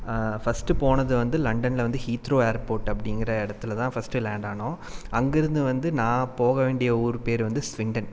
first போனது வந்து லண்டன்ல வந்து ஹீத்ரோ ஏர்போர்ட் அப்படிங்குற இடத்துலதான் ஃபஸ்ட் லேண்டானோம் அங்கிருந்து வந்து நான் போக வேண்டிய ஊர் பேர் வந்து ஸ்சுவிண்டன்